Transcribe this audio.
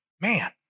man